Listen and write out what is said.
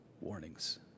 warnings